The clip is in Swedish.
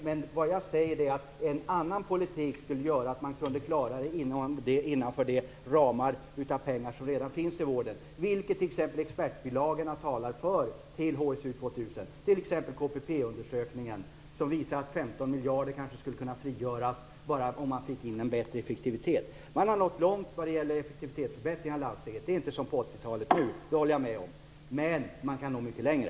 Men jag säger att en annan politik skulle göra att man kunde klara det innanför de ramar av pengar som redan finns i vården. Det talar t.ex. expertbilagorna till HSU 2000 för. KPP-undersökningen visar t.ex. att 15 miljarder kanske skulle kunna frigöras om man fick en bättre effektivitet. Man har nått långt när det gäller effektivitetsförbättringar i landstingen. Det är inte som på 80 talet nu. Det håller jag med om, men man kan nå mycket längre.